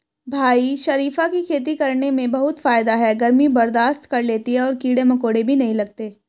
भाई शरीफा की खेती करने में बहुत फायदा है गर्मी बर्दाश्त कर लेती है और कीड़े मकोड़े भी नहीं लगते